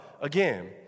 again